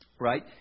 right